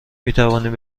میتوانیم